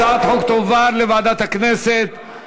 הצעת החוק תועבר לוועדת הכנסת,